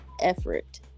effort